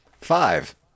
Five